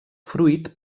fruit